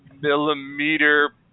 millimeter